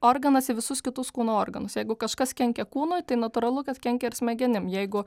organas į visus kitus kūno organus jeigu kažkas kenkia kūnui tai natūralu kad kenkia ir smegenim jeigu